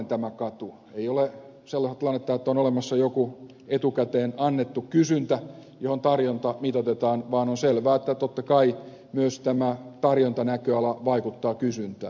ei ole sellaista tilannetta että on olemassa joku etukäteen annettu kysyntä johon tarjonta mitoitetaan vaan on selvää että totta kai myös tämä tarjontanäköala vaikuttaa kysyntään